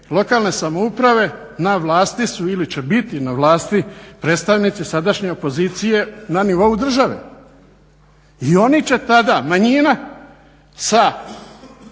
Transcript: lokalne samouprave na vlasti su ili će biti na vlasti predstavnici sadašnje opozicije na nivou države. I oni će tada manjina sa